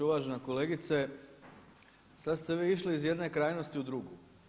Uvažena kolegice sada ste vi išli iz jedne krajnosti u drugu.